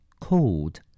cold